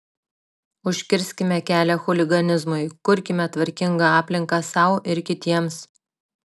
užkirskime kelią chuliganizmui kurkime tvarkingą aplinką sau ir kitiems